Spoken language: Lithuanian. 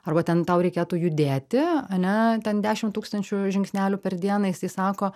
arba ten tau reikėtų judėti ane ten dešim tūkstančių žingsnelių per dieną jisai sako